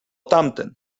tamten